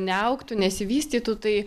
neaugtų nesivystytų tai